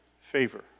favor